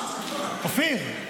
אופיר.